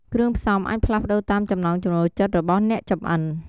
គ្រឿងផ្សំអាចផ្លាស់ប្តូរតាមចំណង់ចំណូលចិត្តរបស់អ្នកចម្អិន។